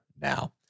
now